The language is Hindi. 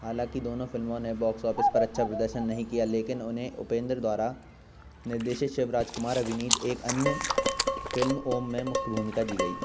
हालांकि दोनों फिल्मों ने बॉक्स ऑफिस पर अच्छा प्रदर्शन नहीं किया लेकिन उन्हें उपेंद्र द्वारा निर्देशित शिवराज कुमार अभिनीत एक अन्य फिल्म ओम में मुख्य भूमिका दी गई